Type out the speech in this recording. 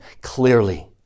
clearly